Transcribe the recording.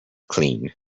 clean